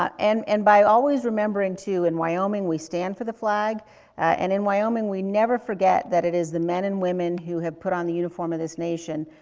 ah and, and by always remembering, too, in wyoming, we stand for the flag and in wyoming, we never forget that it is the men and women who have put on the uniform of this nation,